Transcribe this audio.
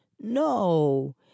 No